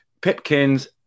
Pipkins